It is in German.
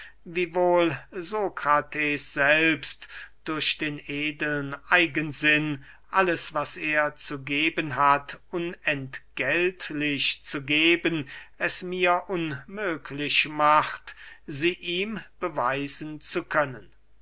eigensinn alles was er zu geben hat unentgeltlich zu geben es mir unmöglich macht sie ihm beweisen zu können